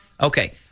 Okay